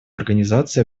организации